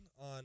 on